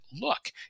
look